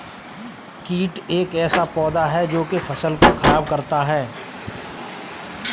कीट एक ऐसा पौधा है जो की फसल को खराब करता है